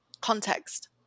context